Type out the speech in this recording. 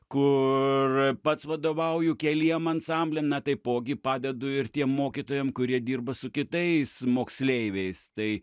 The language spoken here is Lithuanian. kur pats vadovauju keliem ansambliam taipogi padedu ir tiem mokytojam kurie dirba su kitais moksleiviais tai